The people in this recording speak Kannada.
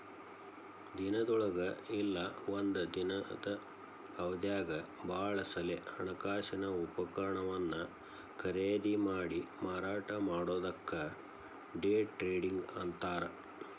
ದಿನದೊಳಗ ಇಲ್ಲಾ ಒಂದ ದಿನದ್ ಅವಧ್ಯಾಗ್ ಭಾಳ ಸಲೆ ಹಣಕಾಸಿನ ಉಪಕರಣವನ್ನ ಖರೇದಿಮಾಡಿ ಮಾರಾಟ ಮಾಡೊದಕ್ಕ ಡೆ ಟ್ರೇಡಿಂಗ್ ಅಂತಾರ್